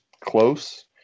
close